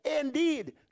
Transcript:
indeed